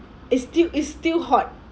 it's still it's still hot